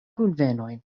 kunvenojn